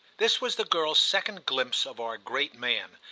this was the girl's second glimpse of our great man,